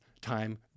time